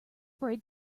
braid